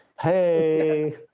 Hey